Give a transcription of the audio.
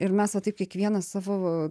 ir mes va taip kiekvieną savo